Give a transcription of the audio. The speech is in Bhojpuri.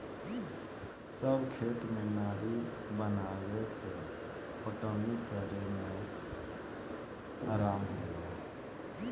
सब खेत में नारी बनावे से पटवनी करे में आराम होला